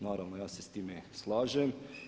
Naravno ja se sa time slažem.